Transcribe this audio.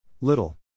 Little